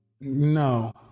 No